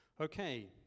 Okay